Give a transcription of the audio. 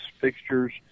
fixtures